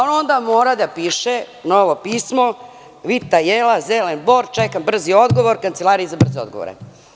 Onda mora da piše novo pismo, vita jela, zelen bor, čekam brzi odgovor Kancelariji za brze odgovore.